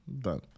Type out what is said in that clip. done